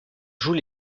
joue